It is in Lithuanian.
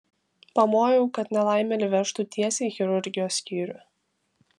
pamojau kad nelaimėlį vežtų tiesiai į chirurgijos skyrių